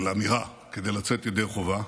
של אמירה כדי לצאת ידי חובה.